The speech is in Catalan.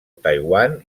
taiwan